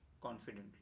confidently